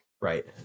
Right